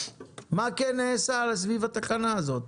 מה כן נעשה סביב התחנה הזאת?